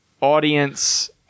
audience